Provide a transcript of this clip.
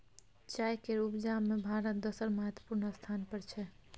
चाय केर उपजा में भारत दोसर महत्वपूर्ण स्थान पर छै